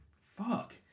Fuck